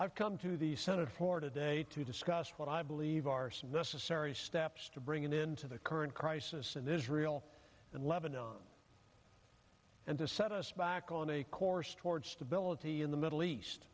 i've come to the senate floor today to discuss what i believe are necessary steps to bring an end to the current crisis in israel and lebanon and to set us back on a course toward stability in the middle east